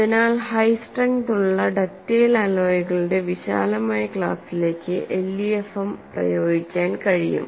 അതിനാൽ high strength ഉള്ള ductile അലോയ്കളുടെ വിശാലമായ ക്ലാസിലേക്ക് LEFM പ്രയോഗിക്കാൻ കഴിയും